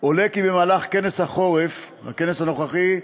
עולה כי במהלך כנס החורף, הכנס הנוכחי,